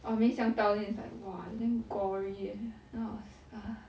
ah 没想到 then it's like !wah! damn gory eh then I was ah